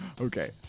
Okay